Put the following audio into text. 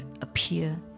appear